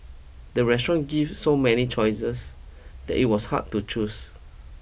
the restaurant give so many choices that it was hard to choose